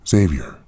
Xavier